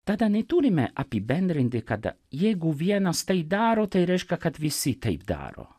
tada neturime apibendrinti kad jeigu vienas tai daro tai reiškia kad visi taip daro